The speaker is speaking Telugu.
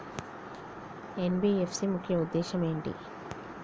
ఎన్.బి.ఎఫ్.సి ముఖ్య ఉద్దేశం ఏంటి?